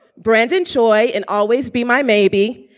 brandon choi and always be my maybe.